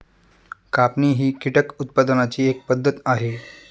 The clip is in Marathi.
कापणी ही कीटक उत्पादनाची एक पद्धत आहे